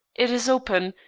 it is open,